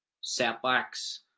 setbacks